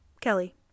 Kelly